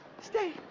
stay